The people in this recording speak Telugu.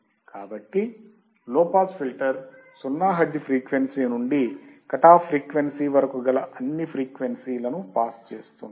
కాబట్టి low pass filter 0 hertz frequency నుండి కట్ అఫ్ ఫ్రీక్వెన్సీ వరకు గల అన్ని ఫ్రీక్వెన్సీలను పాస్ చేస్తుంది